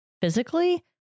physically